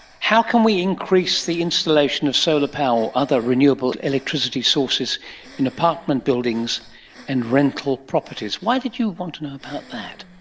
how can we increase the installation of solar power or other renewable electricity sources in apartment buildings and rental properties? why did you want to know about that?